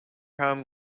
home